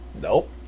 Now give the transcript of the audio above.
nope